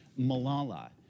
Malala